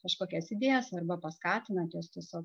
kažkokias idėjas arba paskatinant juos tiesiog